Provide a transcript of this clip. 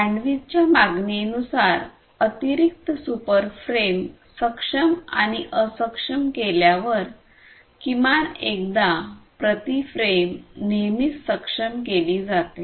बँडविड्थच्या मागणी नुसार अतिरिक्त सुपर फ्रेम सक्षम आणि अक्षम केल्यावर किमान एकदा प्रति फ्रेम नेहमीच सक्षम केली जाते